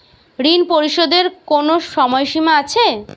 ঋণ পরিশোধের কোনো সময় সীমা আছে?